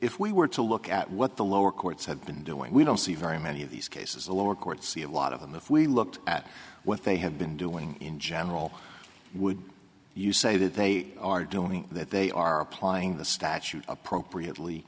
if we were to look at what the lower courts had been doing we don't see very many of these cases the lower courts see a lot of them if we looked at what they have been doing in general would you say that they are doing that they are applying the statute appropriately